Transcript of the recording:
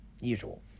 usual